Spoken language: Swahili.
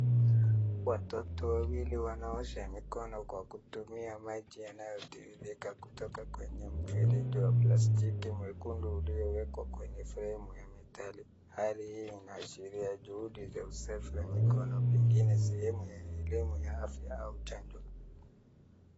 Watoto wawili wanaosha mikono kwa kutumia maji yanayotiririka kutoka kwenye mfereji wa plastic mwekundu uliowekwa kwenye fremu ya medali. Hali hii inaashiria juhudi za usafi wa mikono kwenye pengine sehemu ya elimu ya afya au chanjo.